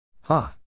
Ha